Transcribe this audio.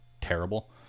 terrible